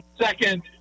second